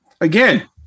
again